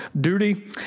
duty